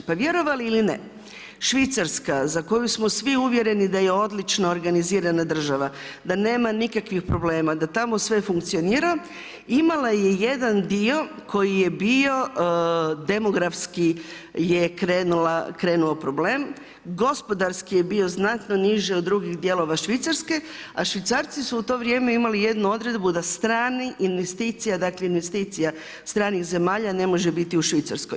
Pa vjerovali ili ne, Švicarska za koju smo svi uvjereni da je odlično organizirana država, da nema nikakvih problema, da tamo sve funkcionira imala je jedan dio koji je bio demografski je krenuo problem, gospodarski je znatno niži od drugih dijelova Švicarske, a Švicarci su u to vrijeme imali jednu odredbu da stranih investicija, dakle investicija stranih zemalja ne može biti u Švicarskoj.